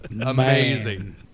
Amazing